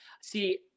see